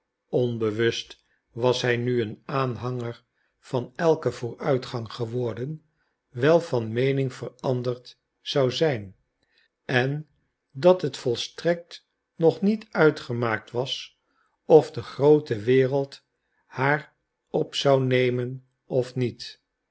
was hij nu een aanhanger van elken vooruitgang geworden wel van meening veranderd zou zijn en dat het volstrekt nog niet uitgemaakt was of de groote wereld haar op zou nemen of niet